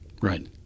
Right